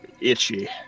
itchy